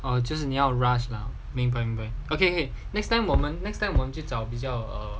oh 就是你要 rush okay okay next time 我们找比较 um